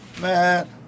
Man